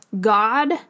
God